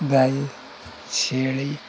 ଗାଈ ଛେଳି